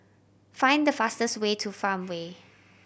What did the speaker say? find the fastest way to Farmway